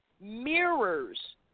mirrors